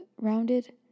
rounded